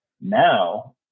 Now